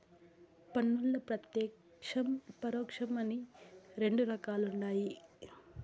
పన్నుల్ల ప్రత్యేక్షం, పరోక్షం అని రెండు రకాలుండాయి